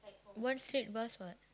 one straight bus [what]